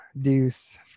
Deuce